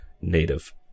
native